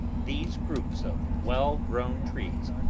these groups of well-grown trees,